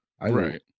Right